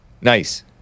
Nice